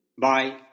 bye